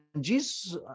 Jesus